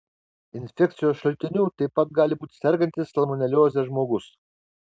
infekcijos šaltiniu taip pat gali būti sergantis salmonelioze žmogus